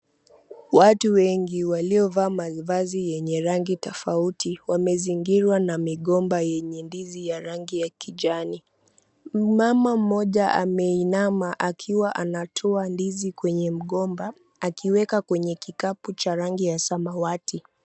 Watu wengi waliovaa mavazi yenye rangi tofauti wamezingirwa na migomba yenye ndizi ya rangi ya kijani. Mama mmoja ameinama akiwa anatoa ndizi kwenye mgomba akiweka kwenye kikapu cha rangi ya samawati.